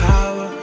Power